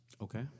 Okay